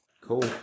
Cool